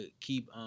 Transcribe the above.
keep